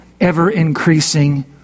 ever-increasing